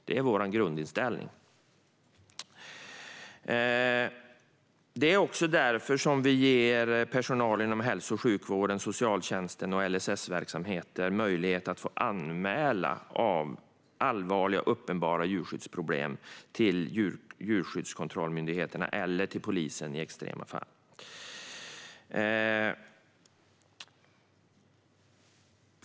Det är vår grundinställning. Det är också därför som vi ger personalen inom hälso och sjukvården, socialtjänsten och LSS-verksamheter möjlighet att anmäla allvarliga och uppenbara djurskyddsproblem till djurskyddskontrollmyndigheterna eller, i extrema fall, till polisen.